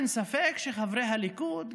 אין ספק שחברי הליכוד,